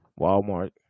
Walmart